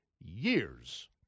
years